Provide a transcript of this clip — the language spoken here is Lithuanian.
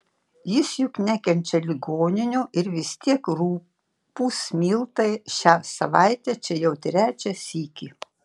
jis juk nekenčia ligoninių ir vis tiek rupūs miltai šią savaitę čia jau trečią sykį